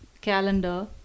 calendar